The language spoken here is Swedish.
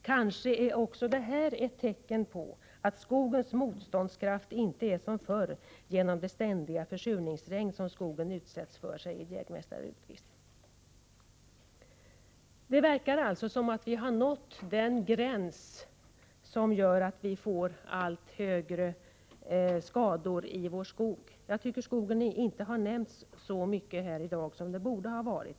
Kanske är också det här ett tecken på att skogens motståndskraft inte är som förr genom det ständiga försurningsregn som skogen utsätts för.” Det verkar som om vi har nått den gräns som gör att vi får allt större skador i vår skog. Jag tycker att just skogen inte har nämnts så mycket i dag som den borde ha nämnts.